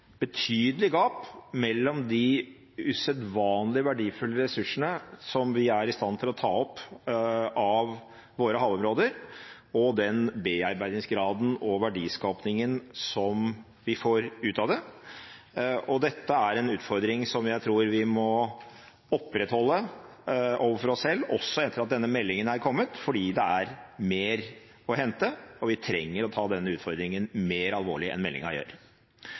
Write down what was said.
betydelig gap mellom de usedvanlig verdifulle ressursene som vi er i stand til å ta opp fra våre havområder, og den bearbeidingsgraden og verdiskapingen som vi får ut av det. Dette er en utfordring som jeg tror vi må opprettholde overfor oss selv, også etter at denne meldingen er kommet, fordi det er mer å hente, og vi trenger å ta denne utfordringen mer alvorlig enn meldingen gjør.